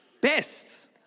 best